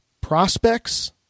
prospects